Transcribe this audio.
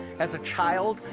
as a child,